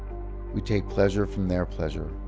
we take pleasure from their pleasure,